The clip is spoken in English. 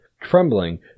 trembling